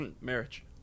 marriage